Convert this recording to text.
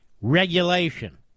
Regulation